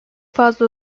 fazla